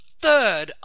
third